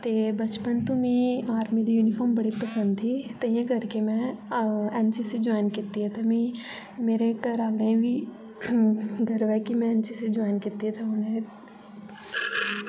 ते बचपन तो मिगी आर्मी दी यूनिफॉर्म बड़ी पसंद ही तां करियै में एन सी सी ज्वाइन कीती ऐ ते मेरे घरें आह्ले बी में एन सी सी ज्वाइन कीती ते हून में